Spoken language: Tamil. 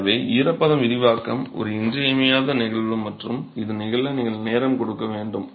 எனவே ஈரப்பதம் விரிவாக்கம் ஒரு இன்றியமையாத நிகழ்வு மற்றும் இது நிகழ நீங்கள் நேரம் கொடுக்க வேண்டும்